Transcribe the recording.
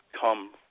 come